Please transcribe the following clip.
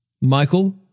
Michael